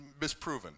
misproven